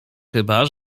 chyba